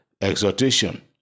exhortation